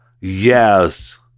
Yes